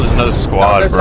squad